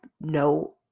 no